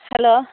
hello